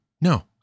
no